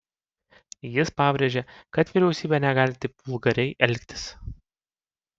jis pabrėžė kad vyriausybė negali taip vulgariai elgtis